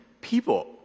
people